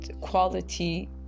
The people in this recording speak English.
Quality